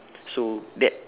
so that